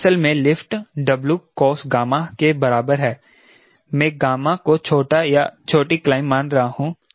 तो असल में लिफ्ट 𝑊𝑐𝑜𝑠 के बराबर है मैं गामा को छोटा या छोटी क्लाइंब मान रहा हूं